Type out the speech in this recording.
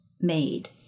made